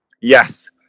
Yes